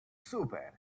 super